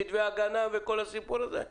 כתבי הגנה וכל הסיפור הזה?